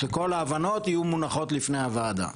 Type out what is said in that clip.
שכל ההבנות יהיו מונחות לפני הוועדה.